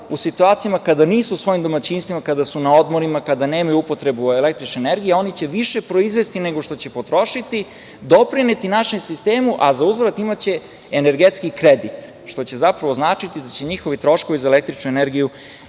U situacijama kad nisu u svojim domaćinstvima, kada su na odmorima, kada nemaju upotrebu električne energije, oni će više proizvesti nego što će potrošiti, doprineti našem sistemu, a zauzvrat imaće energetski kredit, što će zapravo značiti da će njihovi troškovi za električnu energiju